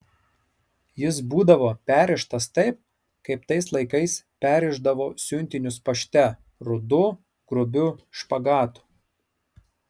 jis būdavo perrištas taip kaip tais laikais perrišdavo siuntinius pašte rudu grubiu špagatu